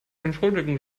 entschuldigen